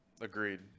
Agreed